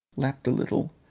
lapped a little,